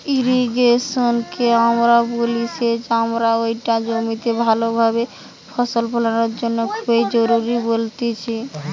irrigation কে আমরা বলি সেচ আর ইটা জমিতে ভালো ভাবে ফসল ফোলানোর জন্য খুবই জরুরি বলতেছে